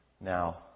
now